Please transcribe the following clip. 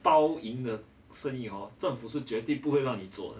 包赢的生意政府是绝对不会让你做的